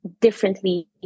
differently